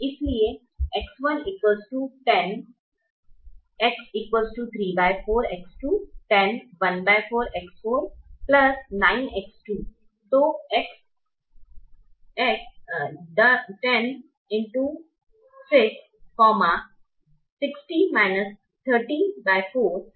तो 10 x 6 60 3049 304364 64 है जो 32 X2 और 10 104 है